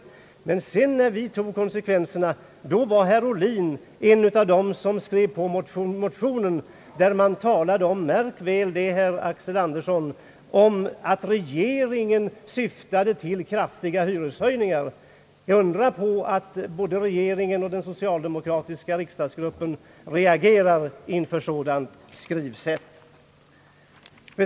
När vi sedan tog konsekvenserna av detta var herr Ohlin en av dem som skrev på den motion där man talade — lägg märke till det herr Axel Andersson — om att regeringen syftade till kraftiga hyreshöjningar. Det är inte att undra på att både regeringen och den socialdemokratiska riksdagsgruppen reagerade inför sådant skrivsätt.